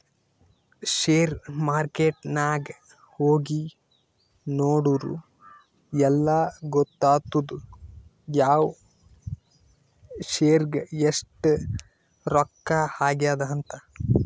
share market ನಾಗ್ ಹೋಗಿ ನೋಡುರ್ ಎಲ್ಲಾ ಗೊತ್ತಾತ್ತುದ್ ಯಾವ್ ಶೇರ್ಗ್ ಎಸ್ಟ್ ರೊಕ್ಕಾ ಆಗ್ಯಾದ್ ಅಂತ್